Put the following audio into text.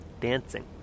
dancing